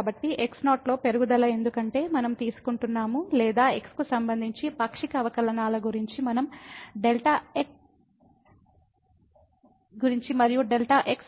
కాబట్టి x0 లో పెరుగుదల ఎందుకంటే మనం తీసుకుంటున్నాము లేదా x కు సంబంధించి పాక్షిక అవకలనాల గురించి మరియు Δx